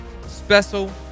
special